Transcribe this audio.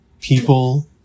People